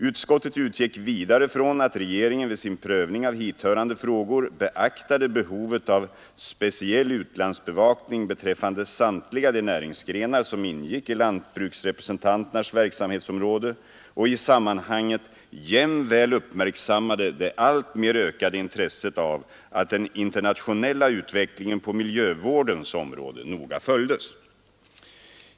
Utskottet utgick vidare från att regeringen vid sin prövning av hithörande frågor beaktade behovet av speciell utlandsbevakning beträffande samtliga de näringsgrenar som ingick i lantbruksrepresentanternas verksamhetsområde och i sammanhanget jämväl uppmärksammade det alltmer ökade intresset av att den internationella utvecklingen på miljövårdens område noga följdes.